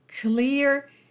clear